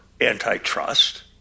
antitrust